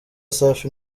safi